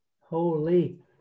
Holy